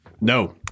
No